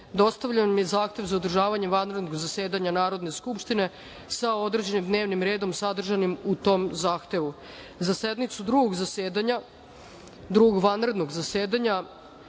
dostavljen vam je zahtev za održavanje vanrednog zasedanja Narodne skupštine sa određenim dnevnim redom sadržanim u tom zahtevu.Za sednicu Drugog vanrednog zasedanja